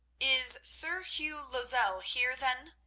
is sir hugh lozelle here then?